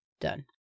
Done